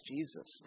Jesus